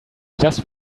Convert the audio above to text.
just